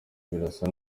birasa